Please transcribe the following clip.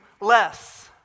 less